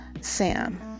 Sam